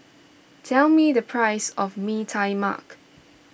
tell me the price of Mee Tai Mak